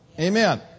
Amen